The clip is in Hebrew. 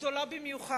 החרפה הזאת גדולה במיוחד